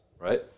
right